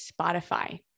Spotify